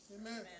Amen